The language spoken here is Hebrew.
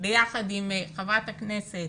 ביחד עם חברת הכנסת